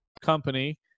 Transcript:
Company